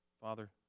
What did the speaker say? Father